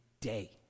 day